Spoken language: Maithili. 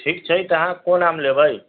ठीक छै तऽ अहाँ कोन आम लेबै